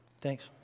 Thanks